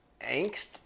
angst